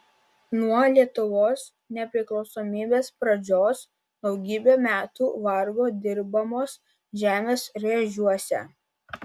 nuo lietuvos nepriklausomybės pradžios daugybę metų vargo dirbamos žemės rėžiuose